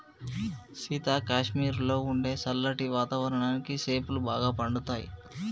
సీత కాశ్మీరులో ఉండే సల్లటి వాతావరణానికి సేపులు బాగా పండుతాయి